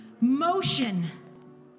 motion